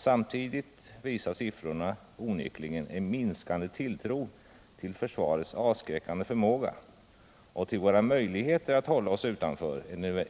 Samtidigt visar siffrorna onekligen en minskande tilltro till försvarets avskräckande förmåga och till våra möjligheter att hålla oss utanför